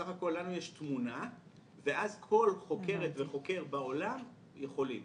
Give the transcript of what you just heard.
בסך הכול לנו יש תמונה ואז כל חוקרת וחוקר בעולם יכולים.